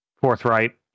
forthright